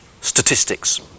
statistics